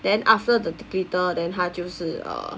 then after the glitter then 它就是 uh